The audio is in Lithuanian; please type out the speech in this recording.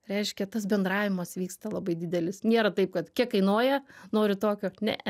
reiškia tas bendravimas vyksta labai didelis nėra taip kad kiek kainuoja noriu tokio ne